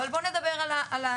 אבל בואו נדבר על העובדות.